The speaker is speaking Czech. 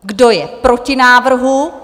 Kdo je proti návrhu?